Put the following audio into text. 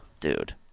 Dude